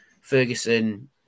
Ferguson